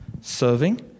serving